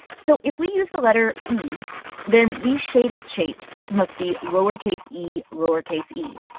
so if we use the letter e then these shaded shapes must be lowercase e, lowercase e.